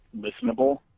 listenable